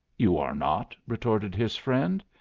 you are not! retorted his friend,